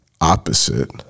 opposite